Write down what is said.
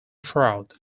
throughout